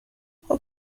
خوب